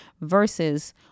versus